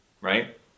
right